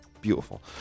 Beautiful